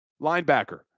linebacker